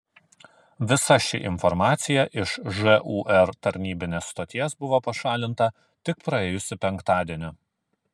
visa ši informacija iš žūr tarnybinės stoties buvo pašalinta tik praėjusį penktadienį